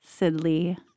Sidley